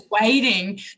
waiting